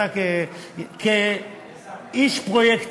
אתה כאיש פרויקטים,